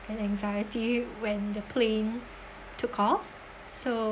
and anxiety when the plane took off so